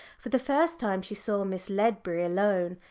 for the first time she saw miss ledbury alone,